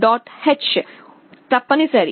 h తప్పనిసరి